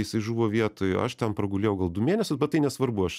jisai žuvo vietoj aš ten pragulėjau gal du mėnesius bet tai nesvarbu aš